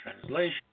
translation